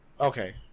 Okay